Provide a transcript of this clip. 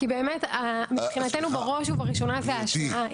כי באמת, מבחינתנו, בראש ובראשונה זה השנאה.